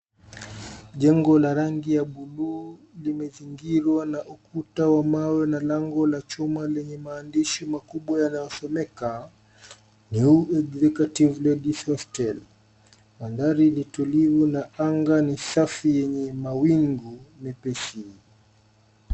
Jengo la rangi ya bluu limezingirwa na ukuta wa mawe na lango la chuma lenye maandishi makubwa yanayosomeka New executive ladies hostel. Mandhari ni tulivu na anga ni safi yenye mawingu mepesi.